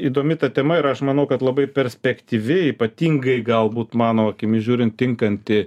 įdomi ta tema ir aš manau kad labai perspektyvi ypatingai galbūt mano akimis žiūrint tinkanti